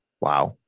Wow